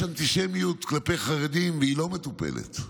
אנטישמיות כלפי חרדים, והיא לא מטופלת.